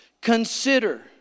Consider